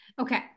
Okay